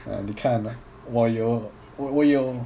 !aiyo! !aiyo!